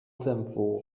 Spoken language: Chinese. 政府